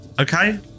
Okay